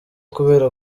kubera